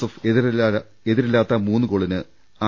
F എതിരില്ലാത്ത മൂന്ന് ഗോളിന് ആർ